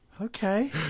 Okay